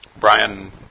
Brian